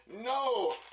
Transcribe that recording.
No